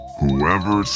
whoever